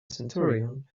centurion